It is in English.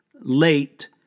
late